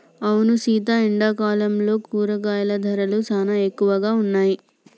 అవును సీత ఎండాకాలంలో కూరగాయల ధరలు సానా ఎక్కువగా ఉన్నాయి